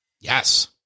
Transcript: Yes